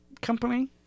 company